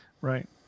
right